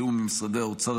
בתיאום עם משרד האוצר,